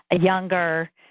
younger